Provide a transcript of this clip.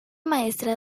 maestra